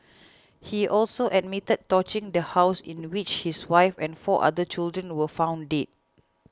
he also admitted torching the house in which his wife and four other children were found dead